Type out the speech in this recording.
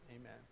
Amen